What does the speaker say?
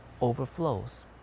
overflows